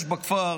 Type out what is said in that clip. יש בכפר,